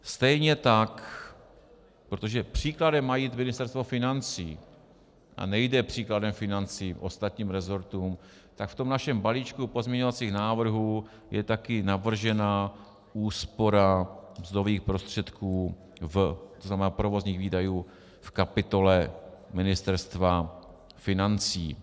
Stejně tak, protože příkladem má jít Ministerstvo financí a nejde příkladem ostatním resortům tak v našem balíčku pozměňovacích návrhů je taky navržena úspora mzdových prostředků, to znamená provozních výdajů, v kapitole Ministerstva financí.